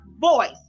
voice